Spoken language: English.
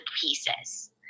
pieces